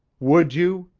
would you?